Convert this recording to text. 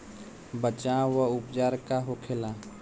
बचाव व उपचार का होखेला?